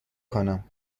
کنم